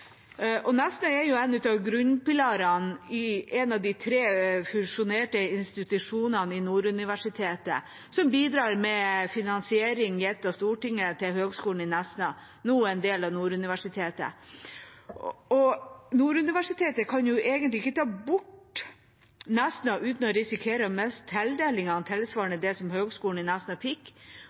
er en grunnpilar blant de tre fusjonerte institusjonene i Nord universitet og bidrar med finansiering gitt av Stortinget til Høgskolen i Nesna, nå en del av Nord universitet. Nord universitet kan jo egentlig ikke ta bort Nesna uten å risikere å miste tildelinger tilsvarende det som Høgskolen i Nesna fikk.